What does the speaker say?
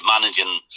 managing